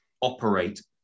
operate